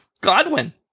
Godwin